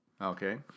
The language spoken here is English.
Okay